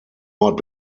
ort